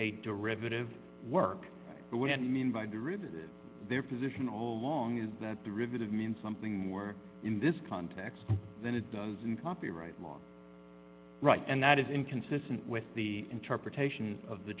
a derivative work would mean by derivative their position all along is that the riveted means something more in this context than it does in copyright law right and that is inconsistent with the interpretation of the